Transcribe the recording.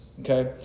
okay